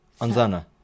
Anzana